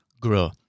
grow